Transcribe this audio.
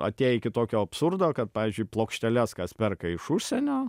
atėję iki tokio absurdo kad pavyzdžiui plokšteles kas perka iš užsienio